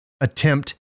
attempt